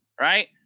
right